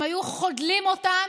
הם היו חודלים אותן,